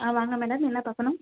ஆ வாங்க மேடம் என்ன பார்க்கணும்